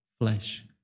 flesh